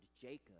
Jacob